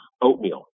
oatmeal